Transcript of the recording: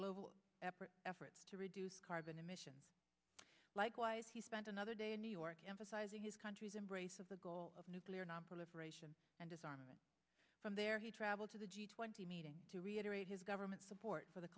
global efforts to reduce carbon emissions likewise he spent another day in new york emphasizing his country's embrace of the goal of nuclear nonproliferation and disarmament from there he travelled to the g twenty meeting to reiterate his government's support for the